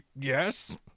Yes